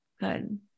Good